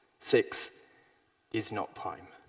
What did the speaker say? six is not prime.